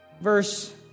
verse